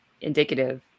indicative